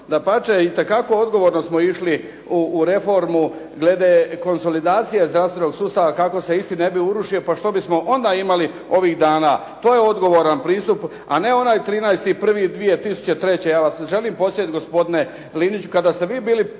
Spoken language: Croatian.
Dapače, itekako odgovorno smo išli u reformu glede konsolidacije zdravstvenog sustava kako se isti ne bi urušio pa što bismo onda imali ovih dana. To je odgovaran pristup, a ne onaj 13.1.2003. Ja vas želi podsjetiti gospodine Liniću kada ste vi bili